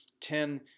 ten